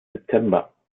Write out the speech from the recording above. september